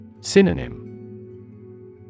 Synonym